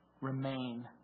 Remain